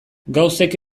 gauzek